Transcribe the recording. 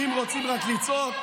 אם רוצים רק לצעוק,